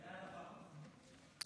אדוני היושב-ראש,